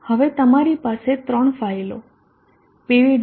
હવે તમારી પાસે ત્રણ ફાઇલો pv